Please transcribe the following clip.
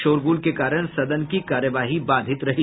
शोरगुल के कारण सदन की कार्यवाही बाधित रही